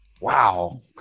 Wow